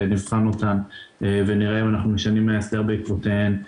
נבחן אותן ונראה אם אנחנו משנים מההסדר בעקבותיהן,